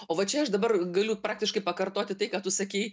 o va čia aš dabar galiu praktiškai pakartoti tai ką tu sakei